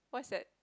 what's that